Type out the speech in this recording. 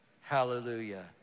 Hallelujah